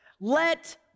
Let